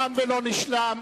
תם ולא נשלם.